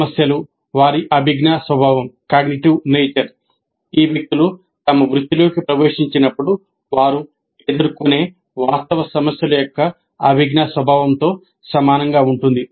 సమస్యలు వారి అభిజ్ఞా స్వభావం ఈ వ్యక్తులు తమ వృత్తిలోకి ప్రవేశించినప్పుడు వారు ఎదుర్కొనే వాస్తవ సమస్యల యొక్క అభిజ్ఞా స్వభావంతో సమానంగా ఉంటుంది